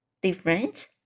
Different